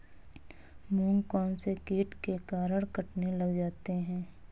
मूंग कौनसे कीट के कारण कटने लग जाते हैं?